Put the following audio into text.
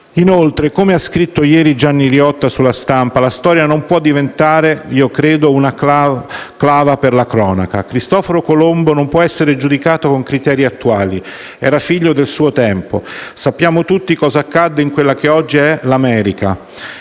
Inoltre, come ha scritto ieri Gianni Riotta su «La Stampa», la storia non può diventare - io credo - una clava per la cronaca. Cristoforo Colombo non può essere giudicato con criteri attuali: era figlio del suo tempo. Sappiamo tutti cosa accadde in quella che è oggi l'America